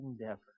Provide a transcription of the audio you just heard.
endeavor